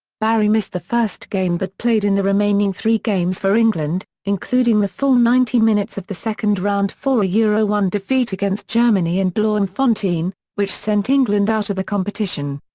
barry missed the first game but played in the remaining three games for england, including the full ninety minutes of the second round four ah ah one defeat against germany in bloemfontein, which sent england out of the competition.